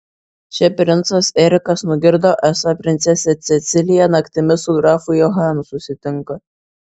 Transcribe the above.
čia princas erikas nugirdo esą princesė cecilija naktimis su grafu johanu susitinka